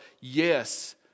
yes